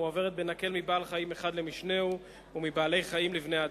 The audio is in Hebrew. המועברת בנקל מבעל-חיים אחד למשנהו ומבעלי-חיים לבני-אדם.